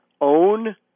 own